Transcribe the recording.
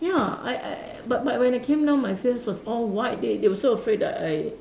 ya I I but but when I came down my face was all white they they were so afraid that I